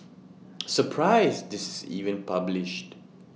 surprised this is even published